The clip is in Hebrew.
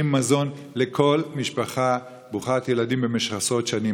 מזון לכל משפחה ברוכת ילדים במשך עשרות שנים.